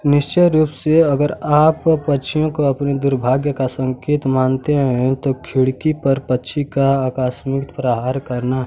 निश्चय रूप से अगर आप पक्षियों को अपना दुर्भाग्य का संकेत मानते हैं यही तक खिड़की पर पक्षी का आकस्मिक प्रहार करना